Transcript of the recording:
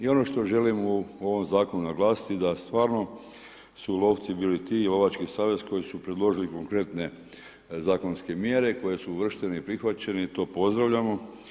I ono što želim u ovom zakonu naglasiti, da stvarno su lovci bili ti, lovački savez koji su predložili konkretne zakonske mjere koje su uvrštene i prihvaćene i to pozdravljamo.